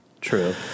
true